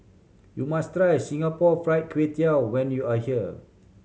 you must try Singapore Fried Kway Tiao when you are here